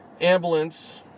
ambulance